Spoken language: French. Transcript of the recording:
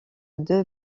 deux